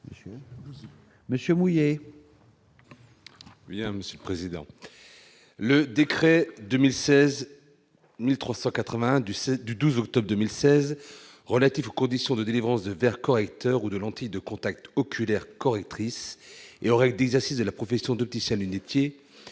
Monsieur. William si président le décret 2000 16397 du 12 octobre 2016 relatifs aux conditions de délivrance de verres correcteurs ou de lentilles de contact oculaire correctrices et aux règles d'exercice de la profession d'opticien lunetier